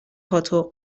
پاتق